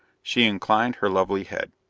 she inclined her lovely head.